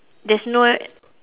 there's no w~